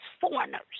foreigners